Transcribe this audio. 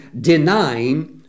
denying